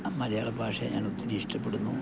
മലയാളഭാഷയെ ഞാൻ ഒത്തിരി ഇഷ്ടപ്പെടുന്നു